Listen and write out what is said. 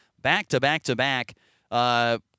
back-to-back-to-back